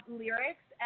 lyrics